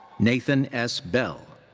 nathan s. bell.